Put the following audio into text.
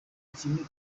ikintu